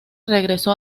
regresó